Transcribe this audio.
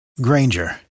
Granger